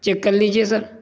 check کر لیجیے سر